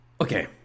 Okay